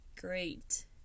great